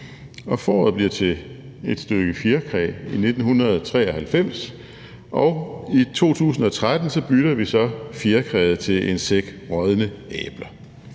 fåret bliver til et stykke fjerkræ i 1993, og i 2013 bytter vi så fjerkræet til en sæk rådne æbler.